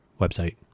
website